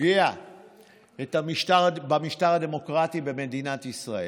פוגע במשטר הדמוקרטי במדינת ישראל,